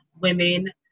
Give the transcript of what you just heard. women